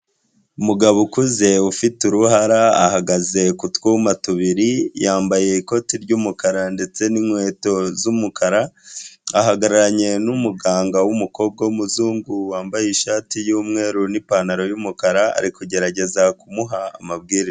Umugabo ukuze ufite uruhara ahagaze ku twuma tubiri yambaye ikoti ry'umukara ndetse n'inkweto z'umukara, ahagararanye n'umuganga w'umukobwa w'umuzungu wambaye ishati y'umweru n'ipantaro y'umukara ari kugerageza kumuha amabwiriza.